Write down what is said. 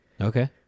Okay